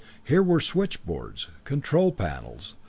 here were switchboards, control panels,